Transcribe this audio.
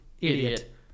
Idiot